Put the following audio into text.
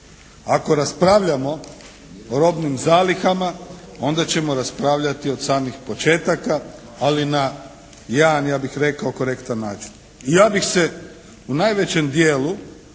Ako raspravljamo o robnim zalihama onda ćemo raspravljati od samih početaka ali na jedan ja bih rekao korektan način. I ja bih se u najvećem dijelu